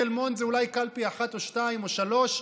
תל מונד זה אולי קלפי אחת או שתיים או שלוש,